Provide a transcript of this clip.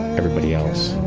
everybody else